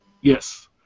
Yes